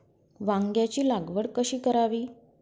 वांग्यांची लागवड कशी करावी?